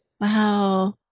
wow